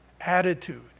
attitude